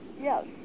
Yes